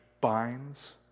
binds